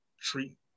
treat